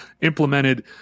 implemented